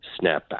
snapback